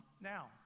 Now